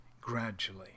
gradually